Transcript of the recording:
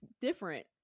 different